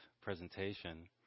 presentation